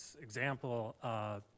example